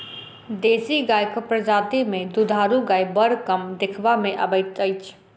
देशी गायक प्रजाति मे दूधारू गाय बड़ कम देखबा मे अबैत अछि